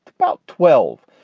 about twelve.